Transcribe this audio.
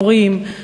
מורים,